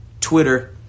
Twitter